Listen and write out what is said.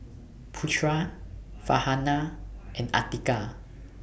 Putra Farhanah and Atiqah